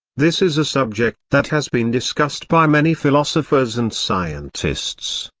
this is a subject that has been discussed by many philosophers and scientists,